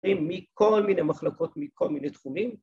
‫מכל מיני מחלקות, ‫מכל מיני תחומים.